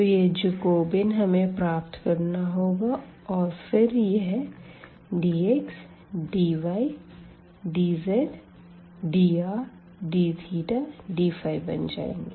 तो यह जैकोबियन हमें प्राप्त करना होगा और फिर यह dx dy dz drdθdϕबन जायेंगे